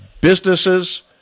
businesses